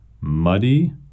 Muddy